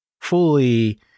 fully